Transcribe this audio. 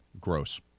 Gross